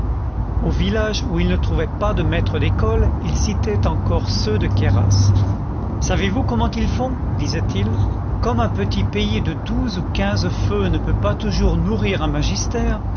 aux villages où il ne trouvait pas de maître d'école il citait encore ceux de queyras savez-vous comment ils font disait-il comme un petit pays de douze ou quinze feux ne peut pas toujours nourrir un magister